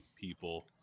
people